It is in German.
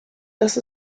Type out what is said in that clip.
dass